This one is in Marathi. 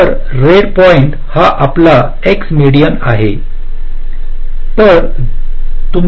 तर रेड पॉईंट हा आपला एक्स मेडियन आहे